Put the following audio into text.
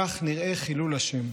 כך נראה חילול השם.